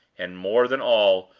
and, more than all,